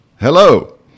Hello